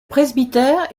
presbytère